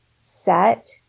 set